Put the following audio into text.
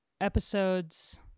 episode's